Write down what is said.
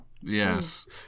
Yes